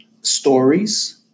Stories